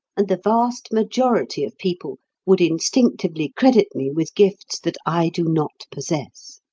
and the vast majority of people would instinctively credit me with gifts that i do not possess.